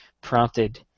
prompted